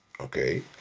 okay